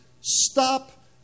stop